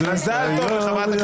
מזל טוב לחברת הכנסת דבי ביטון.